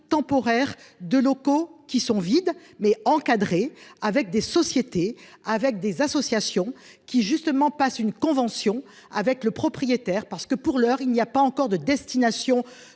temporaire de locaux qui sont vides mais encadré avec des sociétés avec des associations qui justement passe une convention avec le propriétaire parce que pour l'heure, il n'y a pas encore de destination